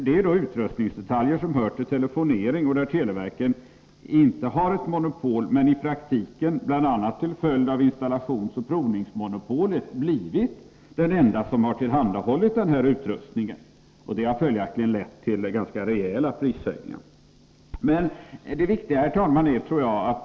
Detta är utrustningsdetaljer som hör till telefoneringsområdet, där televerket inte har monopol men i praktiken, bl.a. till följd av installationsoch provningsmonopolen, har blivit den enda som tillhandahåller sådan utrustning. Det har följaktligen lett till ganska rejäla prishöjningar.